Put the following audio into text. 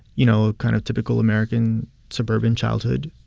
you know, a kind of typical american, suburban childhood.